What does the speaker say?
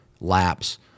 laps